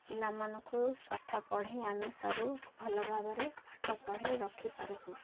ପିଲାମାନଙ୍କୁ ପାଠ ପଢ଼ାଇ ଆମେ ସବୁ ଭଲ ଭାବରେ ପାଠ ପଢ଼ାଇ ରଖିପାରୁଛୁ